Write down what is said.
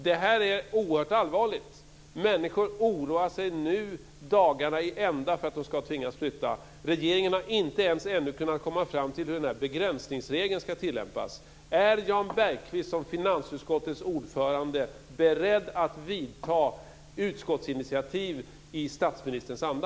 Det här är oerhört allvarligt. Människor oroar sig nu dagarna i ända för att de ska tvingas flytta. Regeringen har ännu inte ens kunnat komma fram till hur denna begränsningsregel ska tillämpas. Är Jan Bergqvist som finansutskottets ordförande beredd att vidta utskottsinitiativ i statsministerns anda?